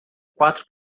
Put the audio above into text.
quatro